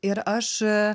ir aš